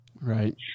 Right